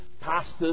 pastors